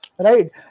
Right